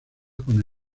con